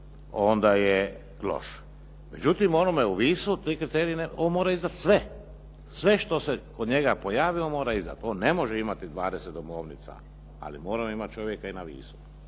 onda je loš. Međutim, onome u Visu ti kriteriji, on mora izdati sve, sve što se kod njega pojavi on mora izdati. On ne može imati 20 domovnica ali moramo imati čovjeka i na Visu.